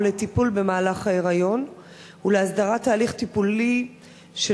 לטיפול במהלך ההיריון ולהסדרת תהליך טיפולי של